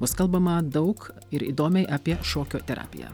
bus kalbama daug ir įdomiai apie šokio terapiją